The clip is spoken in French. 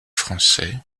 français